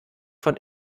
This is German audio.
von